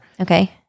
Okay